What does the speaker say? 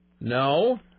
No